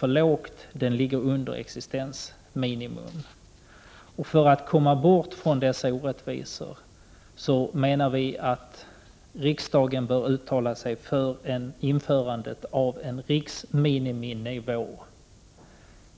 Bidraget ligger under existensminimum. För att komma bort från dessa orättvisor menar vi att riksdagen bör uttala sig för införandet av en riksminiminivå.